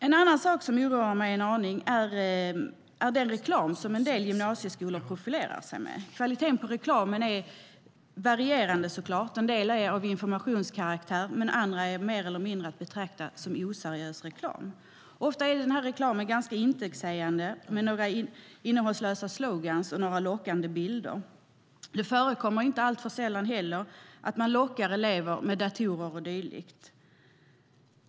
En annan sak som oroar mig en aning är den reklam som en del gymnasieskolor profilerar sig med. Kvaliteten på reklamen är såklart varierande. En del är av informationskaraktär medan annat är att betrakta som mer eller mindre oseriös reklam. Ofta är reklamen ganska intetsägande med några innehållslösa sloganer och lockande bilder. Det förekommer inte heller alltför sällan att man lockar eleverna med datorer och dylikt.